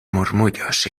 murmullos